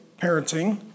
parenting